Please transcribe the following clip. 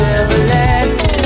everlasting